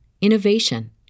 innovation